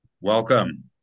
Welcome